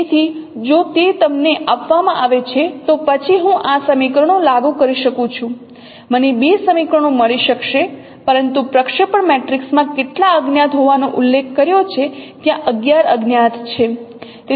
તેથી જો તે તમને આપવામાં આવે છે તો પછી હું આ સમીકરણો લાગુ કરી શકું છું મને બે સમીકરણો મળી શકશે પરંતુ પ્રક્ષેપણ મેટ્રિક્સમાં કેટલા અજ્ઞાત હોવાનો ઉલ્લેખ કર્યો છે ત્યાં 11 અજ્ઞાત છે